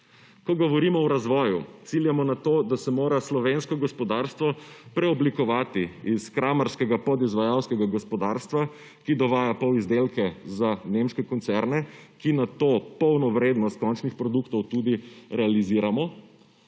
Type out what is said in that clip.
Ko govorimo o razvoju, ciljamo na to, da se mora slovensko gospodarstvo preoblikovati iz kramarskega podizvajalskega gospodarstva, ki dovaja polizdelke za nemške koncerne, ki nato polno vrednost končnih produktov tudi realiziramo